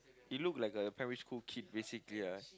he look like a primary school kid basically